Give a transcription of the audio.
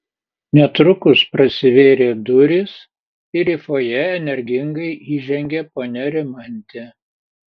netrukus prasivėrė durys ir į fojė energingai įžengė ponia rimantė